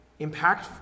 impactful